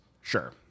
Sure